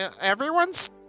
Everyone's